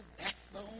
backbone